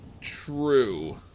True